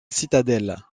citadelle